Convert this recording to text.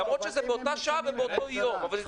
למרות שזה באותה שעה ובאותו יום.